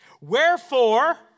Wherefore